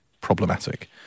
problematic